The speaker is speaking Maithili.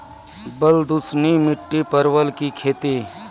बल दुश्मनी मिट्टी परवल की खेती?